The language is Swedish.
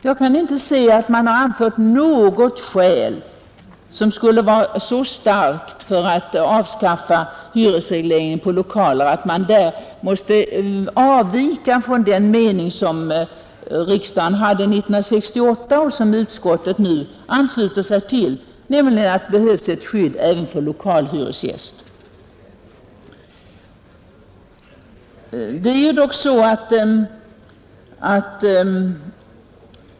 Jag kan inte se att man har anfört något skäl som skulle vara så starkt för att avskaffa hyresregleringen för lokaler att man måste avvika från den mening som riksdagen hade 1968 och som utskottet nu ansluter sig till, nämligen att det behövs ett skydd även för lokalhyresgäst.